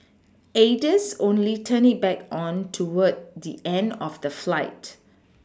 aides only turned it back on toward the end of the flight